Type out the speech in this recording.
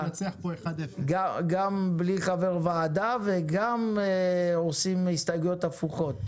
גם בלי חבר ועדה וגם עושים הסתייגויות הפוכות.